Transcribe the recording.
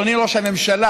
אדוני ראש הממשלה,